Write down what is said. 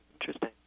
interesting